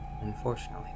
Unfortunately